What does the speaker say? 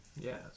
Yes